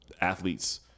athletes